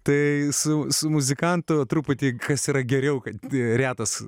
tai su su muzikantu truputį kas yra geriau kad retas